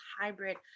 hybrid